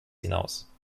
hinaus